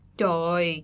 Trời